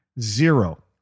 zero